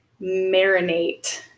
marinate